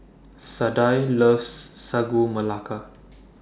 Sadye loves Sagu Melaka